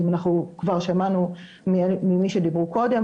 אם אנחנו כבר שמענו ממי שדיברו קודם.